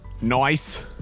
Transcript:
Nice